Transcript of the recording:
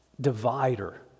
divider